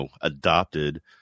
adopted